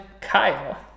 Kyle